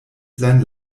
sein